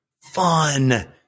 fun